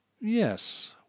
Yes